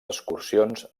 excursions